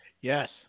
Yes